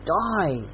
die